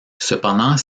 cependant